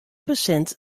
prosint